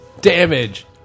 Damage